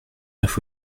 neuf